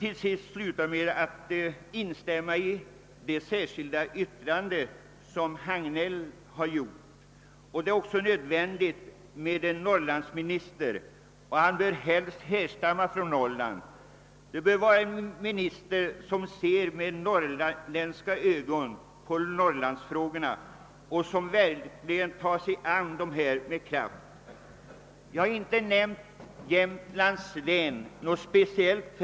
Jag vill sluta med att instämma i det särskilda yttrande som herr Hagnell har avgivit. Det är också nödvändigt med en norrlandsminister, och han bör helst härstamma från Norrland. Det bör vara en minister som ser med norrländska ögon på norrlandsfrågorna och som verkligen tar sig an dem med kraft. Jag har inte nämnt Jämtlands län speciellt.